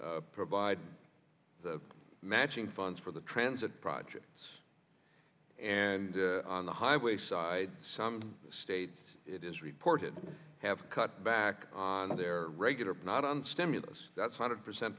to provide matching funds for the transit projects and on the highway side some states it is reported have cut back on their regular but not on stimulus that's hundred percent